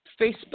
Facebook